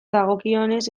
dagokionez